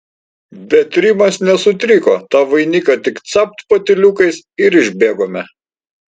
bet rimas nesutriko tą vainiką tik capt patyliukais ir išbėgome